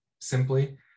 simply